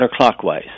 counterclockwise